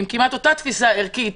עם אותה תפיסה ערכית,